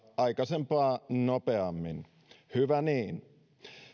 aikaisempaa nopeammin hyvä niin